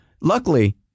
Luckily